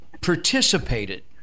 participated